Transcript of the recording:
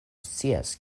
scias